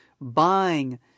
buying